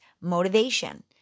motivation